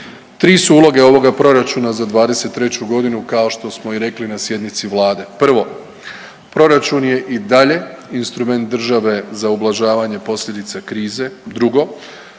Tri su uloge ovoga proračuna za 2023. godinu kao što smo i rekli na sjednici Vlade. Prvo, proračun je i dalje instrument države za ublažavanje posljedice krize. Drugo,